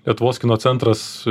lietuvos kino centras